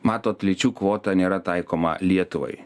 matot lyčių kvota nėra taikoma lietuvai